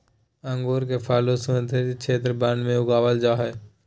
अंगूर के फल उष्णकटिबंधीय क्षेत्र वन में उगाबल जा हइ